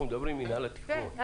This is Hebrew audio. אנחנו בודקים האם השדה החדש המוצע,